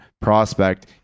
prospect